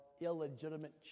illegitimate